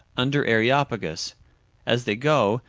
under areopagus as they go,